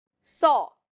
saw